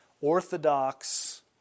orthodox